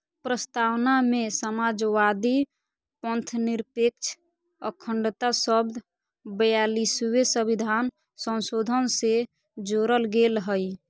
प्रस्तावना में समाजवादी, पथंनिरपेक्ष, अखण्डता शब्द ब्यालिसवें सविधान संशोधन से जोरल गेल हइ